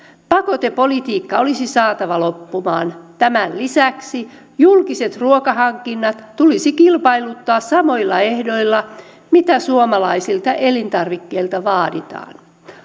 pakotepolitiikka olisi saatava loppumaan tämän lisäksi julkiset ruokahankinnat tulisi kilpailuttaa samoilla ehdoilla kuin mitä suomalaisilta elintarvikkeilta vaaditaan